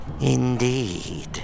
Indeed